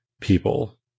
people